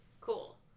Cool